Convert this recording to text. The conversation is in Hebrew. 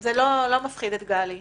זה לא מפחיד את גלי.